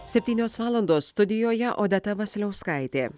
septynios valandos studijoje odeta vasiliauskaitė